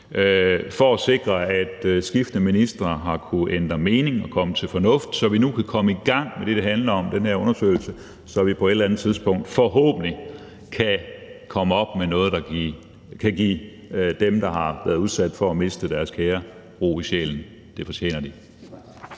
for at sikre, at skiftende ministre har kunnet ændre mening og komme til fornuft, så vi nu kan komme i gang med det, det handler om, nemlig den her undersøgelse, så vi på et eller anden tidspunkt forhåbentlig kan komme op med noget, der kan give dem, der har været udsat for at miste deres kære, ro i sjælen. Det fortjener de.